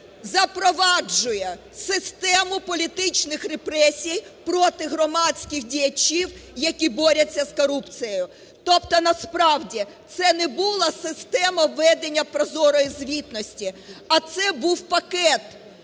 запроваджує систему політичних репресій проти громадських діячів, які борються з корупцією. Тобто насправді це не була система ведення прозорої звітності, а це був пакет,